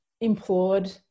implored